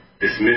Dismiss